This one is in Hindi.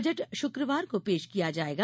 बजट शुक्रवार को पेश किया जाएगा